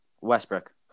Westbrook